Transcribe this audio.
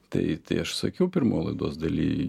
tai tai aš sakiau pirmoj laidos daly